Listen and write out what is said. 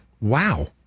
Wow